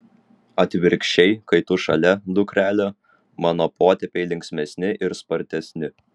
atvirkščiai kai tu šalia dukrele mano potėpiai linksmesni ir spartesni